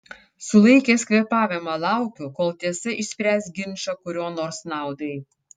sulaikęs kvėpavimą laukiu kol tiesa išspręs ginčą kurio nors naudai